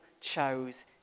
chose